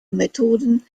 methoden